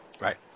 right